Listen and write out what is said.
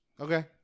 Okay